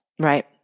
Right